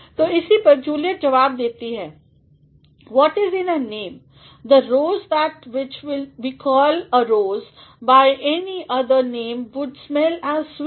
तो इसी पर जूलिएट जवाब देती है what is in a name the rose that which we call a rose by any other name would smell as sweet